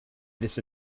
this